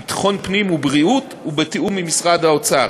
ביטחון פנים ובריאות ובתיאום עם משרד האוצר.